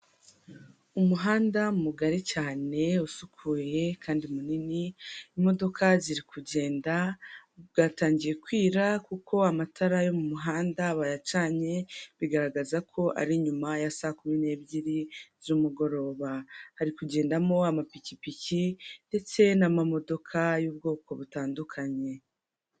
Umuhanda mugari cyane usukuye kandi munini imodoka ziri kugenda, bwatangiye kwira kuko amatara yo mu muhanda bayacanye bigaragaza ko ari nyuma ya saa kumi n'ebyiri z'umugoroba, hari kugendamo amapikipiki ndetse n'ama modoka y'ubwoko butandukanye.